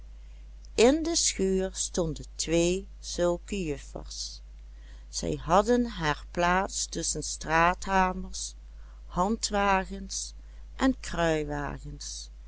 schuur stonden twee zulke juffers zij hadden haar plaats tusschen straathamers handwagens en